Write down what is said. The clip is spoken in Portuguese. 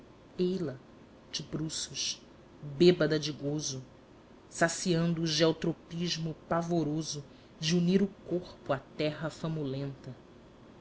ei-la de bruços bêbeda de gozo saciando o geotropismo pavoroso de unir o corpo à terra famulenta